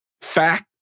fact